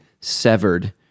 severed